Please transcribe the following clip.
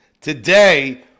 Today